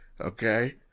Okay